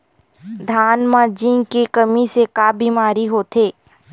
धान म जिंक के कमी से का बीमारी होथे?